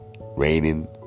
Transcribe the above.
raining